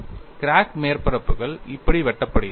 crack மேற்பரப்புகள் இப்படி வெட்டப்படுகின்றன